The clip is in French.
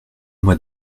moi